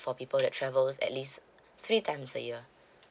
for people that travels at least three times a year